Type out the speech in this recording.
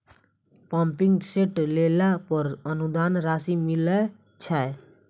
Pumping set लेला पर अनुदान राशि मिलय छैय?